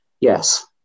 Yes